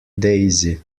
daisy